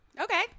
Okay